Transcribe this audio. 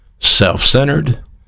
Self-centered